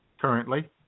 currently